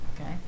Okay